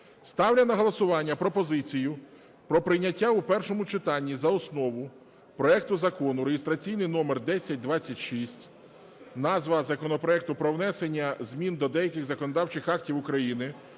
Сталю на голосування пропозицію про прийняття у першому читанні за основу проекту закону, реєстраційний номер 1026, назва законопроекту - про внесення змін до деяких законодавчих актів України